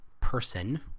person